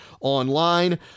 online